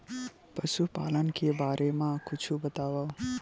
पशुपालन के बारे मा कुछु बतावव?